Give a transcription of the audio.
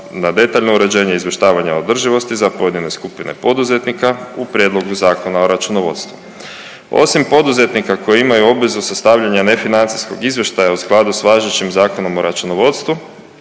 na detaljno uređenje izvještavanja održivosti za pojedine skupine poduzetnika u prijedlogu Zakona o računovodstvu. Osim poduzetnika koji imaju obvezu sastavljanja ne financijskog izvještaja u skladu s važećim Zakonom o računovodstvu,